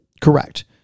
Correct